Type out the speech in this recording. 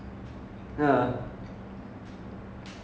then it's like she ah err what